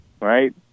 right